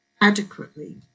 adequately